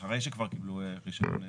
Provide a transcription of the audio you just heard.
אחרי שכבר קיבלו רישיון עסק,